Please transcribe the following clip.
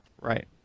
Right